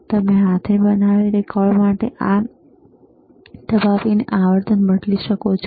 તમે હાથે બનાવેલી કળ માટે આ દબાવીને આવર્તન બદલી શકો છો